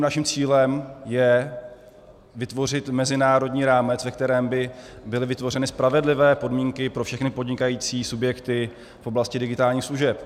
A samozřejmě naším cílem je vytvořit mezinárodní rámec, ve kterém by byly vytvořeny spravedlivé podmínky pro všechny podnikající subjekty v oblasti digitálních služeb.